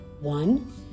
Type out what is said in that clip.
One